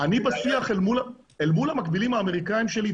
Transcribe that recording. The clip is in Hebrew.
אני בשיח אל מול המקבילים האמריקאים שלי.